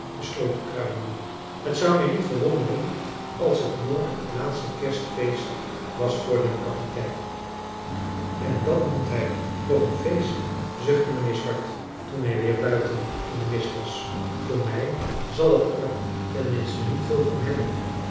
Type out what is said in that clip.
de kruidenier het zou mij niet verwondefrançois haverschmidt familie en kennissen ren als het morgen het laatste kerstfeest was voor den kapitein en dat noemt hij nog een feest zuchtte mijnheer swart toen hij weer buiten in de mist was voor mij zal het er ten minste niet veel van hebben